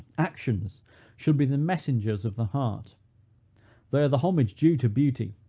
actions should be the messengers of the heart they are the homage due to beauty,